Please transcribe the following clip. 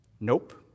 Nope